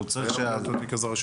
הוא צריך תיק עזרה ראשונה.